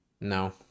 No